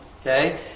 Okay